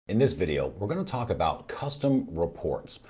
in this video we're going to talk about custom reports.